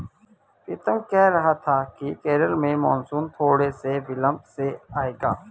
पीतम कह रहा था कि केरल में मॉनसून थोड़े से विलंब से आएगा